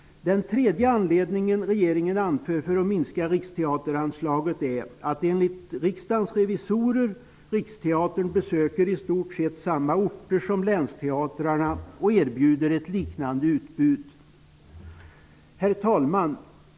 Den tredje anledningen regeringen anför för att minska anslaget till Riksteatern är att Riksteatern enligt Riksdagens revisorer i stort sett besöker samma orter som länsteatrarna och erbjuder ett liknande utbud. Herr talman!